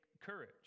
courage